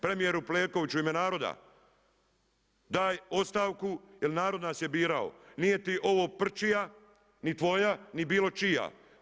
Premijeru Plenkoviću u ime naroda, daj ostavku jer narod nas je birao, nije ti ovo prčija ni tvoja ni bilo čija.